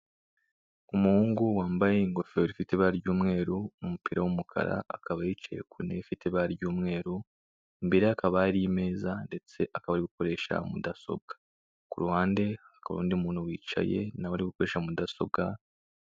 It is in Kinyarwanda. Umuhungu wambaye ingofero ifite ibara ry'umweru, umupira w'umukara, akaba yicaye ku ntebe ifite ibara ry'umweru, imbere ye hakaba hari meza ndetse akaba ari gukoresha mudasobwa. Ku ruhande hakaba hari undi muntu wicaye na we ari gukoresha mudasobwa...